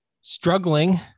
struggling